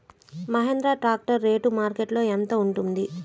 Mahindra tractor రేటు మార్కెట్లో యెంత ఉంటుంది?